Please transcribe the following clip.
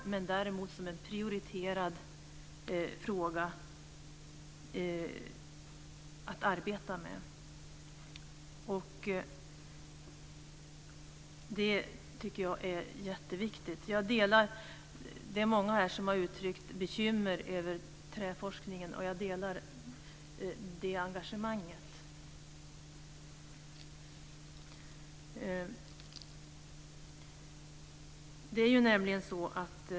Däremot kom det med som en prioriterad fråga att arbeta med, något som jag tycker är mycket viktigt. Många här har uttryckt bekymmer över träforskningen, och jag delar det engagemanget.